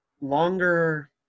longer